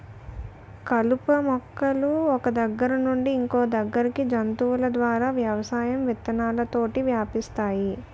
కలుపు మొక్కలు ఒక్క దగ్గర నుండి ఇంకొదగ్గరికి జంతువుల ద్వారా వ్యవసాయం విత్తనాలతోటి వ్యాపిస్తాయి